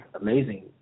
amazing